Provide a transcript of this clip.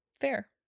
Fair